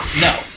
No